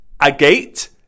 Agate